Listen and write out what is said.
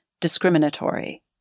discriminatory